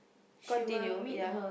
continue ya